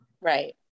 Right